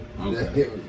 okay